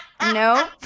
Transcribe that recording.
no